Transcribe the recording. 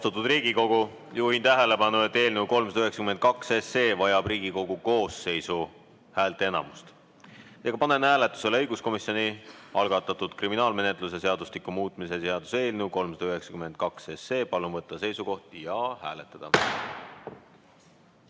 Panen hääletusele õiguskomisjoni algatatud kriminaalmenetluse seadustiku muutmise seaduse eelnõu 392. Palun võtta seisukoht ja hääletada!